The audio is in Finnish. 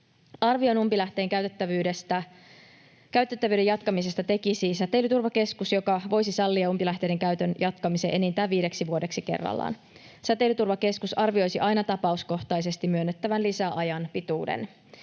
Arvion umpilähteen käytettävyyden jatkamisesta tekisi Säteilyturvakeskus, joka voisi sallia umpilähteiden käytön jatkamisen enintään viideksi vuodeksi kerrallaan. Säteilyturvakeskus arvioisi aina tapauskohtaisesti myönnettävän lisäajan pituuden.